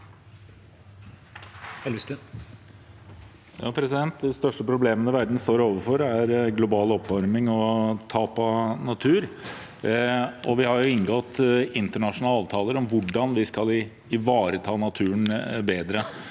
De største problem- ene verden står overfor, er global oppvarming og tap av natur. Vi har inngått internasjonale avtaler om hvordan vi skal ivareta naturen bedre,